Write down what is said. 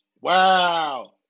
Wow